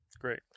Great